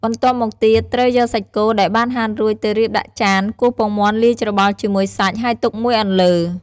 បន្ទាប់មកទៀតត្រូវយកសាច់គោដែលបានហាន់រួចទៅរៀបដាក់ចាន គោះពងមាន់លាយច្របល់ជាមួយសាច់ហើយទុកមួយអន្លើ។